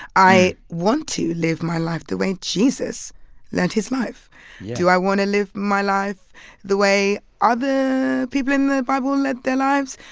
i want to live my life the way jesus led his life yeah do i want to live my life the way other people in the bible led their lives?